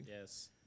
Yes